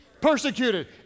persecuted